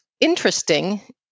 interesting